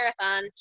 marathon